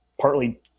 partly